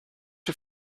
you